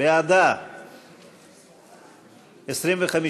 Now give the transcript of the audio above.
הרשימה המשותפת וקבוצת סיעת מרצ לסעיף 1 לא נתקבלה.